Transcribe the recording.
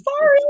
Sorry